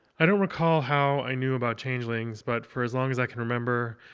i don't recall how i knew about changelings, but for as long as i can remember,